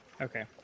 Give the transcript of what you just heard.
Okay